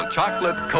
Chocolate